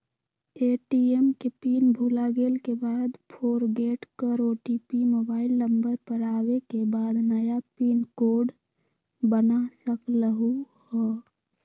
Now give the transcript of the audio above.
ATM के pin भुलागेल के बाद फोरगेट कर ओ.टी.पी मोबाइल नंबर पर आवे के बाद नया पिन कोड बना सकलहु ह?